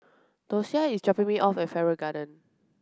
Dosia is dropping me off at Farrer Garden